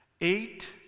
Eight